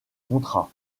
contrat